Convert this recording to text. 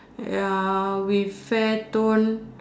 ya with fair tone